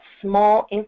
small